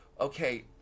okay